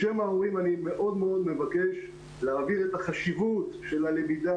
בשם ההורים אני מאוד מבקש להבהיר את החשיבות של הלמידה